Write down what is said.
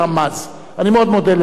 אני מאוד מודה לשר המשפטים.